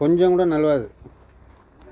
கொஞ்சங்கூட நழுவாது